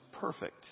perfect